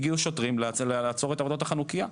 הגיעו שוטרים לעצור את עבודות החנוכייה.